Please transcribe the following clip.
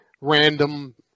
random